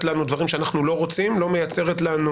לנו דברים שאנחנו לא רוצים ולא מייצרת לנו